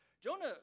Jonah